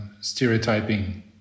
stereotyping